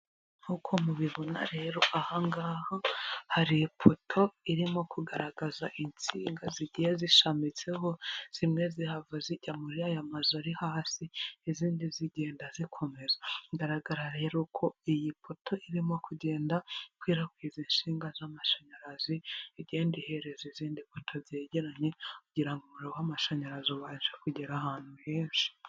Nk'uko mubibona rero aha ngaha hari ipoto irimo kugaragaza insinga zigiye zishamitseho, zimwe zihava zijya muri aya mazu ari hasi, zindi zigenda zikomeza. Bigaragara rero ko iyi poto irimo kugenda ikwirakwiza inshinga z'amashanyarazi, igenda ihereza izindi poto zegeranye kugira umuriro w'amashanyarazi ubashe kugera ahantu henshi.